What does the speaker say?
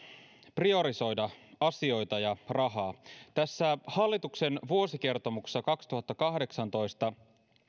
priorisoida asioita ja rahaa tässä hallituksen vuosikertomuksessa kaksituhattakahdeksantoista